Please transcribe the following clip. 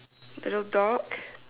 there's a dog